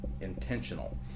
intentional